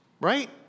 Right